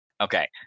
Okay